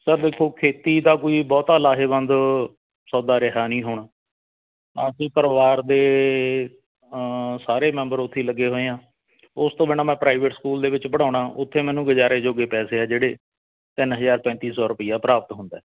sir ਦੇਖੋ ਖੇਤੀ ਦਾ ਕੋਈ ਬਹੁਤਾ ਲਾਹੇਵੰਦ ਸੌਦਾ ਰਿਹਾ ਨਹੀਂ ਹੁਣ ਪਰਿਵਾਰ ਦੇ ਸਾਰੇ ਮੈਂਬਰ ਉੱਥੇ ਹੀ ਲੱਗੇ ਹੋਏ ਆ ਉਸ ਤੋਂ ਬਿਨਾ ਮੈਂ ਪ੍ਰਾਈਵੇਟ ਸਕੂਲ ਦੇ ਵਿੱਚ ਪੜ੍ਹਾਉਂਦਾ ਉੱਥੇ ਮੈਨੂੰ ਗੁਜ਼ਾਰੇ ਜੋਗੇ ਪੈਸੇ ਆ ਜਿਹੜੇ ਤਿੰਨ ਹਜ਼ਾਰ ਪੈਂਤੀ ਸੌ ਰੁਪਇਆ ਪ੍ਰਾਪਤ ਹੁੰਦਾ